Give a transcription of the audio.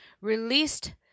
Released